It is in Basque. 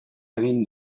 egin